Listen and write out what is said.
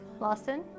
Lawson